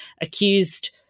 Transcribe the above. accused